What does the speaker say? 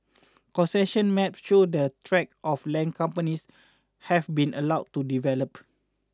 concession maps show the tracts of land companies have been allowed to develop